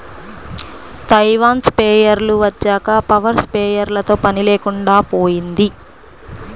Taiwan స్ప్రేయర్లు వచ్చాక power స్ప్రేయర్లతో పని లేకుండా పోయింది